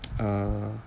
err